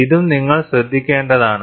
ഇതും നിങ്ങൾ ശ്രദ്ധിക്കേണ്ടതാണ്